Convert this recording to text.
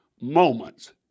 moments